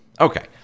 Okay